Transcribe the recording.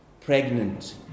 pregnant